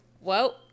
Whoa